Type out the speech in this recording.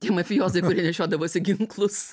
tie mafiozai kurie nešiodavosi ginklus